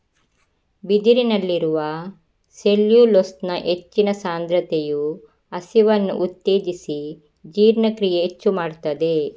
ಬಿದಿರಿನಲ್ಲಿರುವ ಸೆಲ್ಯುಲೋಸ್ನ ಹೆಚ್ಚಿನ ಸಾಂದ್ರತೆಯು ಹಸಿವನ್ನ ಉತ್ತೇಜಿಸಿ ಜೀರ್ಣಕ್ರಿಯೆ ಹೆಚ್ಚು ಮಾಡ್ತದೆ